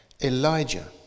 Elijah